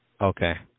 Okay